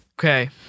Okay